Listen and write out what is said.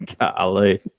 Golly